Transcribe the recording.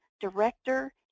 director